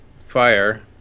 fire